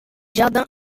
jardins